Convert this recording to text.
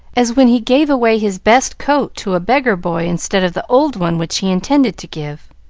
as when he gave away his best coat to a beggar boy, instead of the old one which he intended to give.